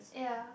ya